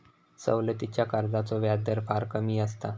सवलतीच्या कर्जाचो व्याजदर फार कमी असता